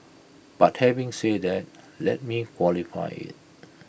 but having said that let me qualify IT